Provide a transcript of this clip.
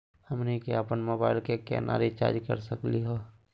हमनी के अपन मोबाइल के केना रिचार्ज कर सकली हे?